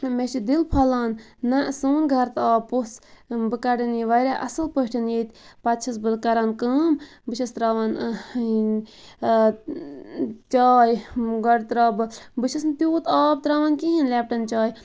مےٚ چھ دِل پھۄلان نہَ سون گَرٕ تہِ آو پوٚژھ بہٕ کَڑَن یہِ واریاہ اصٕل پٲٹھۍ ییٚتہِ پَتہٕ چھَس بہٕ کَران کٲم بہٕ چھَس تراوان چاے گۄڈٕ تراوٕ بہٕ بہٕ چھَس نہٕ تیوٗت آب تراوان کِہیٖنۍ لیٚپٹَن چایہِ